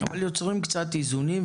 אבל יוצרים קצת איזונים.